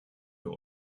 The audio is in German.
für